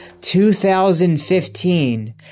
2015